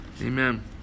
Amen